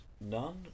none